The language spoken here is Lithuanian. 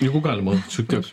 jeigu galima šiek tiek